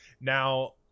Now